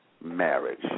marriage